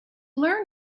learn